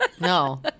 No